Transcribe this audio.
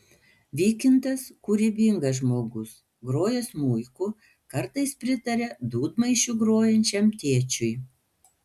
vykintas kūrybingas žmogus groja smuiku kartais pritaria dūdmaišiu grojančiam tėčiui